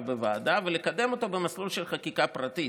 בוועדה ולקדם אותו במסלול של חקיקה פרטית.